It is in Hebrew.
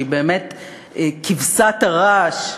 שהיא באמת כבשת הרש,